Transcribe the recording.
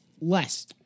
less